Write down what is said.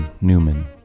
Newman